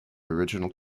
original